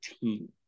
team